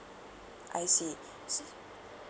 I see